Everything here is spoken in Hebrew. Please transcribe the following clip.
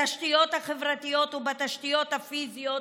בתשתיות החברתיות ובתשתיות הפיזיות,